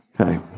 Okay